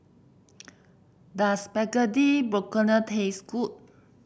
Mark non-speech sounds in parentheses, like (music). (noise) does Spaghetti Bolognese taste good